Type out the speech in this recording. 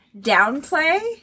downplay